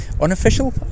unofficial